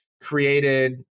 created